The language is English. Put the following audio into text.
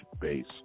base